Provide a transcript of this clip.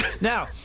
Now